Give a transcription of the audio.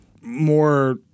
more